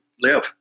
live